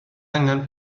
angen